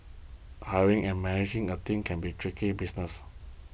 hiring and managing a team can be tricky business